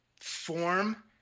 form